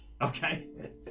Okay